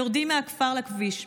יורדים מהכפר לכביש.